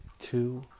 two